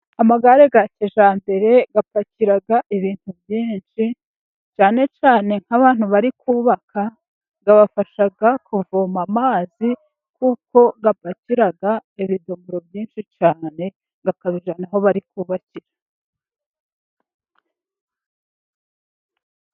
Amagare ya kijyambere apakira ibintu byinshi cyane cyane nk'abantu bari kubaka, abafasha kuvoma amazi kuko apakira ibidomoro byinshi cyane, akabijyana aho bari kubakira.